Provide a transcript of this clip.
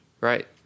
right